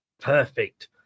Perfect